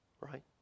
right